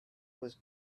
was